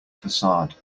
facade